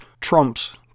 Trump's